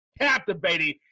captivating